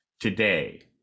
today